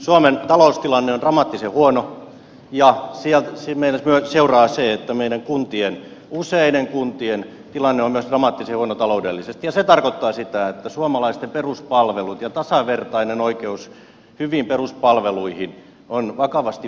suomen taloustilanne on dramaattisen huono ja siitä seuraa se että meidän kuntien useiden kuntien tilanne on myös dramaattisen huono taloudellisesti ja se tarkoittaa sitä että suomalaisten peruspalvelut ja tasavertainen oikeus hyviin peruspalveluihin ovat vakavasti uhattuina